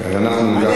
אם כך,